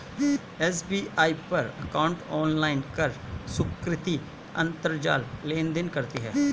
SBI पर account login कर सुकृति अंतरजाल लेनदेन करती है